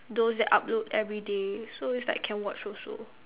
those that upload everyday so is I can watch also